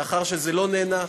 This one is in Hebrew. לאחר שזה לא נענה,